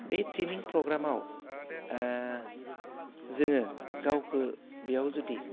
बे ट्रेइनिं फ्रग्रामाव ओह जोङो गावखो बेयाव जुदि